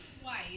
twice